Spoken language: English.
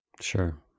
Sure